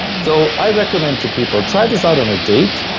so i recommend to people try this out on a date.